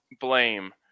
blame